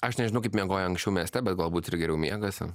aš nežinau kaip miegojai anksčiau mieste bet galbūt ir geriau miegasi